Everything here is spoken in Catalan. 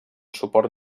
suport